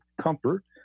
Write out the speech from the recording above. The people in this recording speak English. comfort